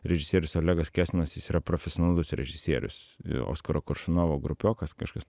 režisierius olegas kesminas jis yra profesionalus režisierius oskaro koršunovo grupiokas kažkas